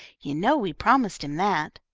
you know we promised him that.